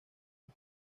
las